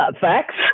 facts